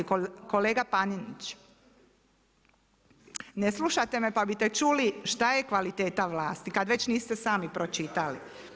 Kolega Panenić ne slušate me pa bite čuli šta je kvaliteta vlasti, kada već niste sami pročitali.